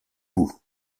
bouts